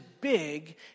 big